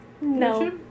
No